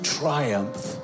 triumph